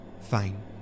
Fine